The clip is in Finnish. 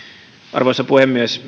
arvoisa puhemies